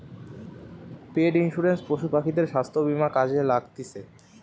পেট insurance পশু পাখিদের স্বাস্থ্য বীমা কাজে লাগতিছে